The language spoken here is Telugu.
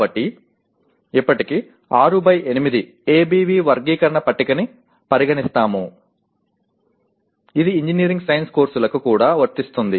కాబట్టి ఇప్పటికి 6 బై 8 ABV వర్గీకరణ పట్టిక ని పరిగణిస్తాము ఇది ఇంజనీరింగ్ సైన్స్ కోర్సులకు కూడా వర్తిస్తుంది